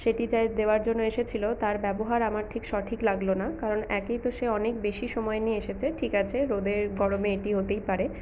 সেটি যে দেওয়ার জন্য এসেছিলো তার ব্যবহার আমার ঠিক সঠিক লাগলো না কারণ একেই তো সে অনেক বেশি সময় নিয়ে এসেছে ঠিক আছে রোদের গরমে এটি হতেই পারে